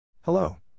Hello